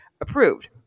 approved